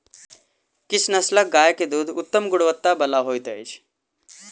किछ नस्लक गाय के दूध उत्तम गुणवत्ता बला होइत अछि